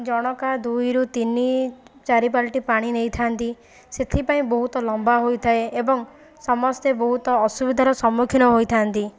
ଜଣକା ଦୁଇରୁ ତିନି ଚାରି ବାଲ୍ଟି ପାଣି ନେଇଥାନ୍ତି ସେଥିପାଇଁ ବହୁତ ଲମ୍ବା ହୋଇଥାଏ ଏବଂ ସମସ୍ତେ ବହୁତ ଅସୁବିଧାର ସମ୍ମୁଖୀନ ହୋଇଥାନ୍ତି